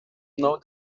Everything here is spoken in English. know